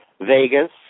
Vegas